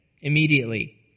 immediately